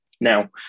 now